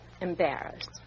embarrassed